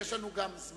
גם יש לנו זמן.